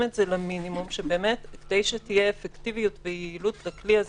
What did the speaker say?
את זה למינימום כדי שתהיה אפקטיביות ויעילות לכלי הזה.